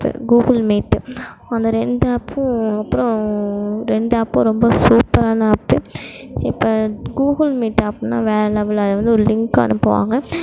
Google meet அந்த ரெண்டு ஆப்பும் அப்புறம் ரெண்டு ஆப்பும் ரொம்ப சூப்பரான ஆப்பு இப்போ கூகுள் மீட் ஆப்புன்னால் வேற லெவல் அது வந்து ஒரு லிங்க் அனுப்புவாங்க